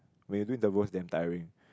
when you do it the worse then tiring